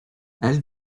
elle